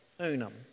Unum